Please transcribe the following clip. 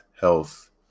health